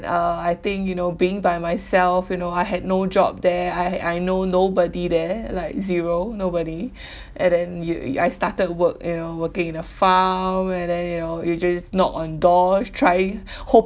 uh I think you know being by myself you know I had no job there I I know nobody there like zero nobody and then you I started work you know working in a farm and then you know you just knock on doors trying hope